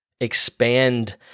expand